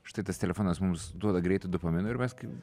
štai tas telefonas mums duoda greitai dopamino ir mes kai